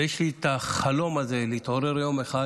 ויש לי את החלום הזה להתעורר יום אחד